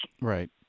Right